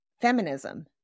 feminism